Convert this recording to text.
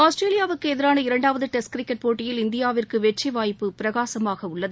ஆஸ்திரேலியாவுக்கு எதிரான இரண்டாவது டெஸ்ட் கிரிக்கெட் போட்டியில் இந்தியாவிற்கு வெற்றி வாய்ப்பு பிரகாசமாக உள்ளது